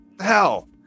Hell